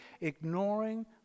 ignoring